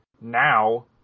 now